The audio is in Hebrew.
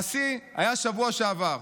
והשיא היה בשבוע שעבר.